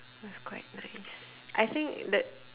was quite nice I think the